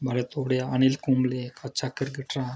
म्हराज तोड़ेआ अनिल कुंबले इक अच्छा क्रिकेटर हा